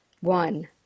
one